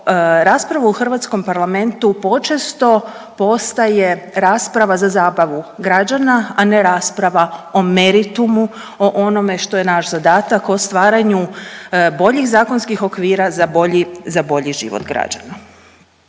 rasprava u hrvatskom parlamentu počesto postaje rasprava za zabavu građana, a ne rasprava o meritumu, o onome što je naš zadatak, o stvaranju boljih zakonskih okvira za bolji, za bolji život građana.